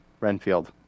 Renfield